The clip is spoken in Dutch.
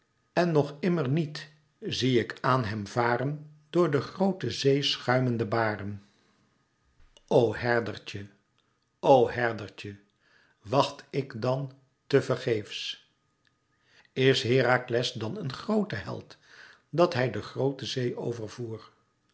en nog immer niet zie ik aan hem varen door der groote zee schuimende baren o herdertje o herdertje wacht ik dan te vergeefs is herakles dan een grote held dat hij de groote zee